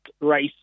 race